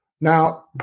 Now